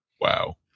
wow